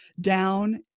down